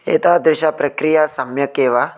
एतादृश प्रक्रिया सम्यक् एव